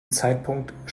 zeitpunkt